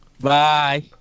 Bye